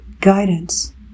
guidance